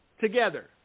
together